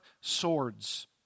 swords